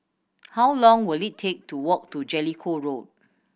how long will it take to walk to Jellicoe Road